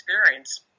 experience